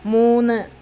മൂന്ന്